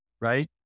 right